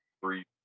Three